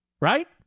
right